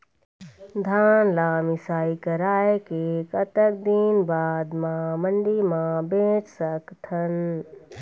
धान ला मिसाई कराए के कतक दिन बाद मा मंडी मा बेच सकथन?